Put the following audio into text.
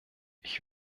ich